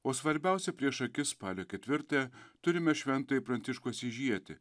o svarbiausia prieš akis spalio ketvirtąją turime šventąjį pranciškų asyžietį